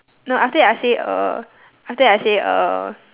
no after that I say uh after that I say uh